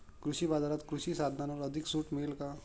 कृषी बाजारात कृषी साधनांवर अधिक सूट मिळेल का?